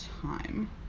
time